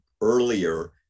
earlier